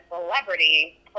celebrity